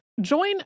Join